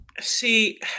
See